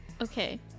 Okay